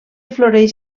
floreix